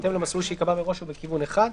בהתאם למסלול שייקבע מראש ובכיוון אחד,